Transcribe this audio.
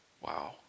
Wow